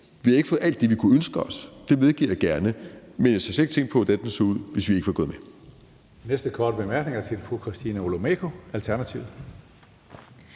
Vi har ikke fået alt det, vi kunne ønske os; det medgiver jeg gerne. Men jeg tør slet ikke tænke på, hvordan den havde set ud, hvis vi ikke var gået med.